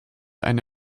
eine